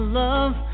love